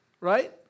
right